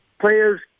players